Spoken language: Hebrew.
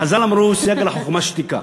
חז"ל אמרו: סייג לחוכמה, שתיקה.